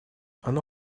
оно